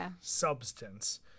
substance